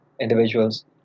individuals